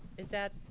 is that.